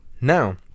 Now